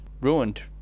ruined